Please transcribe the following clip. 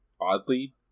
oddly